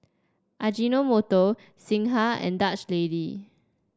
Ajinomoto Singha and Dutch Lady